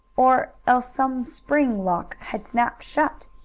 or else some spring lock had snapped shut.